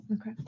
Okay